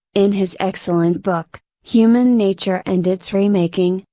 in his excellent book, human nature and its remaking,